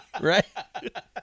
Right